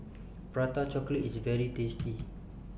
Prata Chocolate IS very tasty